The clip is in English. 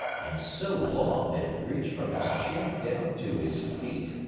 and so long that it reached from his chin down to his feet.